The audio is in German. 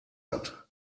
hat